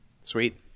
Sweet